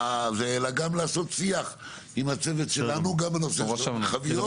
אלא גם לעשות שיח עם הצוות שלנו גם בנושא של המרחביות.